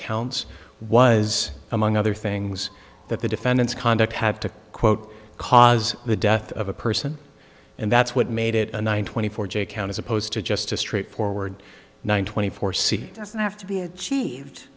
counts was among other things that the defendant's conduct have to quote cause the death of a person and that's what made it a nine twenty four j count as opposed to just a straightforward one twenty four c doesn't have to be achieved